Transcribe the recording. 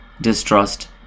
distrust